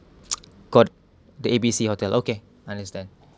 got the A B C hotel okay I understand